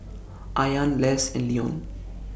Ayaan Less and Leone